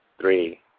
three